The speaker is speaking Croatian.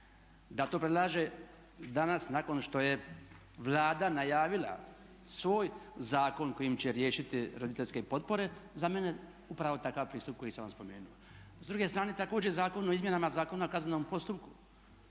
da to predlaže danas nakon što je Vlada najavila svoj zakon kojim će riješiti roditeljske potpore za mene je upravo takav pristup koji sam vam spomenuo. S druge strane također zakon o izmjenama Zakona o kaznenom postupku